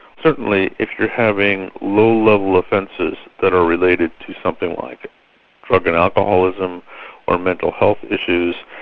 certainly if you're having low level offences that are related to something like drug and alcoholism or mental health issues,